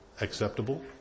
acceptable